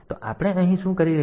તો આપણે અહીં શું કરી રહ્યા છીએ